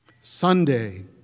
Sunday